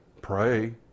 Pray